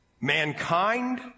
mankind